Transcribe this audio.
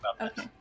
Okay